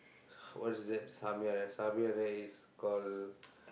what is that something like that something like that is call